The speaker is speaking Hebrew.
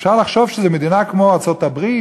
אפשר לחשוב שזו מדינה כמו ארצות-הברית,